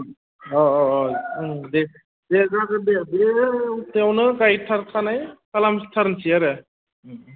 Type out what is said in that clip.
अ अ अ दे दे जागोन दे बे सप्तायावनो गायथारखानाय खालामथारसै आरो